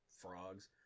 frogs